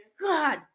God